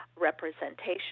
representation